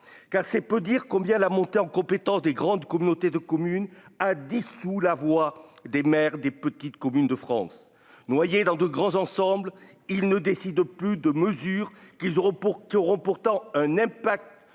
cas, c'est peu dire combien la montée en compétence des grandes communautés de communes, a dissous la voix des maires des petites communes de France, noyé dans de grands ensembles ils ne décide plus de mesures qu'ils auront pour qu'auront